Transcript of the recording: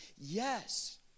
Yes